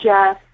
Jeff